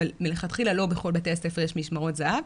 אבל מלכתחילה לא בכל בתי הספר יש משמרות זה"ב.